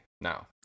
now